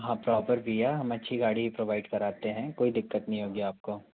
हाँ प्रॉपर भैया हम अच्छी गाड़ी ही प्रोवाइड कराते हैं कोई दिक़्क़त नहीं होगी आपको